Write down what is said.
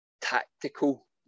tactical